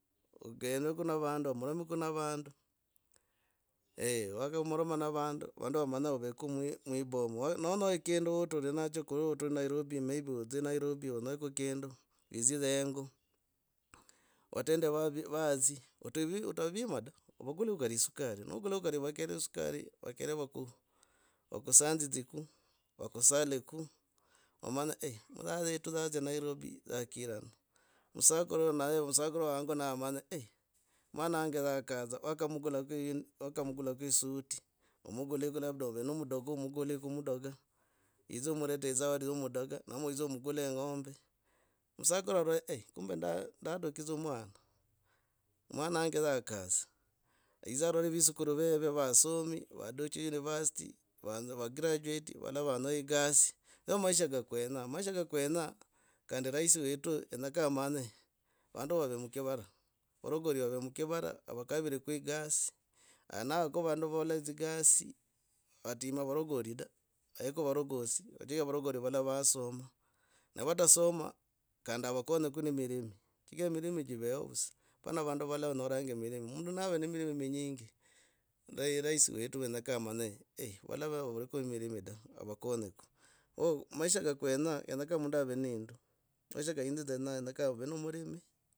Kenyaka ove na vandu, omoromeku na vandu. eeh, waka romaroma na vandu, vandu vamanya oveko mwiboma. Nonyoha kindu kuri uturi naoho, kuri uturi nairobi may be odzi nairobi. Onyoiko kindu, widz, hengo, vatende vaui, vadzi otu, otavimba da. Ovaguleko gali sukari, nogulako gali vakere esukari, vakere ku, vakusindidzeko, vakusalego vamanya eeh, musaza wetu adzin nairobi yakiirana. Musakuru nahe musakuru wa hango namanya eei mwana wange zakadza, wakamgulako. wakamgulako suit, amuguuleko labda ove no mudoga amuguuleko mudoga yidzi omureteko zawadi ya mudoga nomba widze omugule eng'ombe. Musakuru arora eeh, kumbe nda, ndadukidza mwana. mwana hange za akasa. Yidzi aroro vetsukuru veve. Vasomi vaduahi university vanzi vagraduati valava vanyol egasi, ndio maisha ka kwenyaa. Maisha ka kwenyaa kandi rais wetu kenyakaa amanye vandu vave mukivarq, varagori vave mukivara avakavirego gasi aha naaka vandu ualala dzigasi ati varogori da. Aheko varogosi, tigraa varogori. valala vasoma na watasoma kandi avakonyeke ne mirimi chigira mirimi chivoho vudza pana vandu valala vanyorangu mirimi. Mundu nava nemirimi minyingi ro rais wetu kenyakaa amanye valala vavurako mirimi da, avakonyeko ooh. Maisha kakwenyaa kenyakaa mundu noindu. Maisha av nomulimi